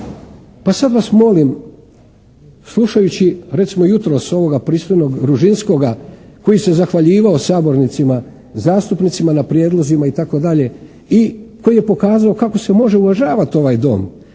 Pa sad vas molim, slušajući recimo jutros ovoga pristojnog Ružinskoga, koji se zahvaljivao sabornicima, zastupnicima na prijedlozima itd. i koji je pokazao kako se može uvažavati ovaj Dom.